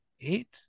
eight